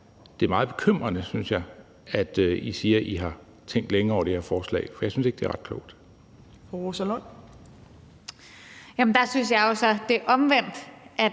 er det meget bekymrende, synes jeg, at I siger, at I har tænkt længe over det her forslag, for jeg synes ikke, det er ret klogt.